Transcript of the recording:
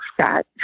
Scott